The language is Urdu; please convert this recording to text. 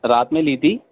رات میں لی تھی